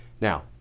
Now